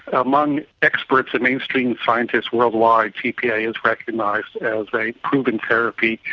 among experts and mainstream scientists worldwide, tpa is recognised as a proven therapy.